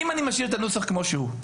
אם אני משאיר את הנוסח כמו שהוא,